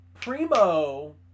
primo